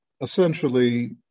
essentially